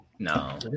No